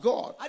God